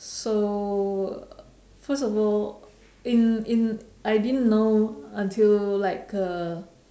so first of all in in I didn't know until like uh